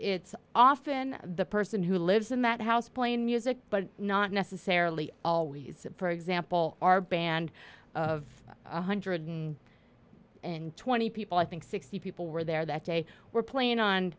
it's often the person who lives in that house playing music but not necessarily always for example our band of one hundred and twenty people i think sixty people were there that day were playing on